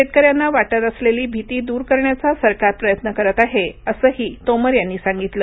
शेतकऱ्यांना वाटत असलेली भीती दूर करण्याचा सरकार प्रयत्न करत आहे असंही तोमर यांनी सांगितलं